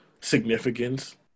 significance